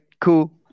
cool